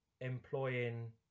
employing